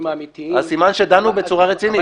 האמיתיים --- אז סימן שדנו בצורה רצינית.